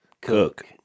Cook